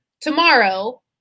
tomorrow